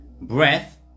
breath